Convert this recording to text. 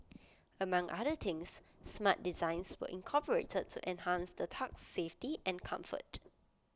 among other things smart designs were incorporated to enhance the tug's safety and comfort